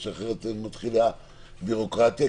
כי אחרת מתחילה ביורוקרטיה.